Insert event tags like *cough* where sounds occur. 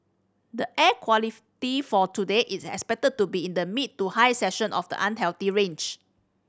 the air *unintelligible* for today is expected to be in the mid to high section of the unhealthy range